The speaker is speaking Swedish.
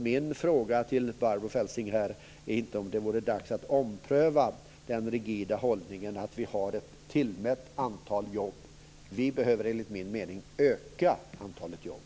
Min fråga till Barbro Feltzing är om det inte är dags att ompröva den rigida hållningen att vi har ett tillmätt antal jobb. Enligt min mening behöver vi öka antalet jobb.